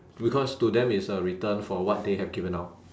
because to them it's a return for what they have given out